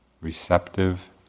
receptive